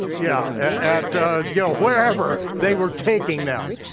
yeah, at you know, wherever they were taking them.